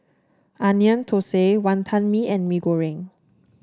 Onion Thosai Wantan Mee and Mee Goreng